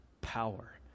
power